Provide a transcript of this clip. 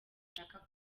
ashaka